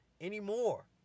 anymore